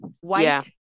White